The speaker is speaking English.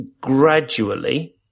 gradually